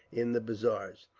in the bazaars.